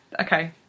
Okay